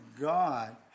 God